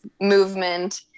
movement